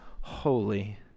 holy